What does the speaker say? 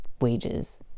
wages